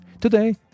Today